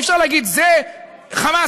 אי-אפשר להגיד: זה חמאסניק.